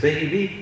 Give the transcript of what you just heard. Baby